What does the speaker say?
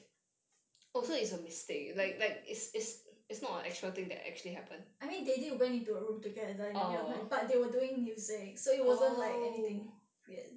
I mean they did went into a room together in the middle of the night but they were doing music so it wasn't like anything weird